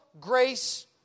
grace